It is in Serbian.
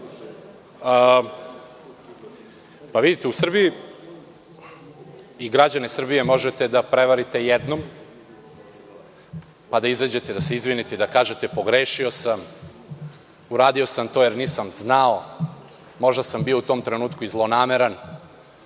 predsedavajući. Građane Srbije možete da prevarite jednom, pa da izađete, da se izvinite i da kažete – pogrešio sam, uradio sam to jer nisam znao, možda sam bio u tom trenutku i zlonameran,